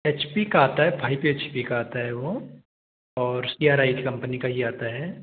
HP का आता है फाइव एचपी का आता है वह और सी आर आई की कम्पनी का यह आता है